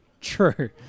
True